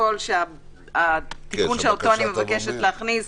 לפרוטוקול שהתיקון שאותו אני מבקשת להכניס